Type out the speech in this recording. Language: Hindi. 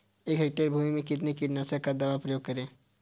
एक हेक्टेयर भूमि में कितनी कीटनाशक दवा का प्रयोग करें?